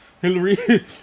Hillary